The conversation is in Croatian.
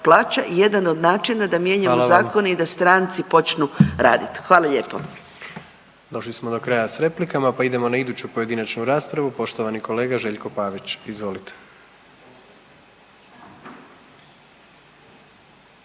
plaća i jedan od načina da mijenjamo zakon …/Upadica: Hvala vam./… i da stranci počnu radit. Hvala lijepo. **Jandroković, Gordan (HDZ)** Došli smo do kraja s replikama, pa idemo na iduću pojedinačnu raspravu, poštovani kolega Željko Pavić, izvolite.